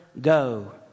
go